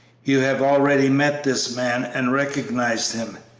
you have already met this man and recognized him!